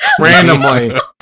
randomly